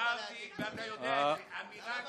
אמרתי, ואתה יודע את זה: אמירה כזאת,